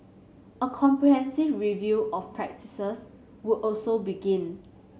a comprehensive review of practices would also begin